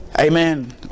Amen